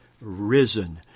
risen